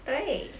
对